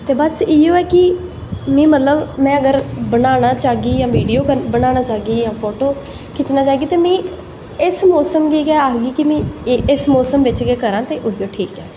ते बस इयो ऐ कि में मतलव बनाना चाह्गी वीडियो बनाना चाह्गी जां फोटो खिच्चना चाह्गी ते में इस मौसम गी गै आखगी कि इस मौसम बिच्च गै करां ते उऐ ठीक ऐ